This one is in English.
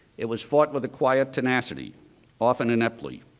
it was fought with a quiet tenacity often ineptly,